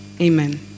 Amen